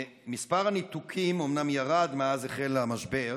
מספר הניתוקים אומנם ירד מאז החל המשבר,